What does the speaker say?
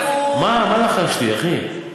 מה לחשתי, אחי?